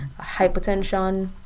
hypertension